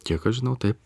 kiek aš žinau taip